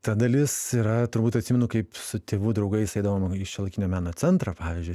ta dalis yra turbūt atsimenu kaip su tėvų draugais eidavom į šiuolaikinio meno centrą pavyzdžiui